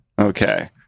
Okay